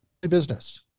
business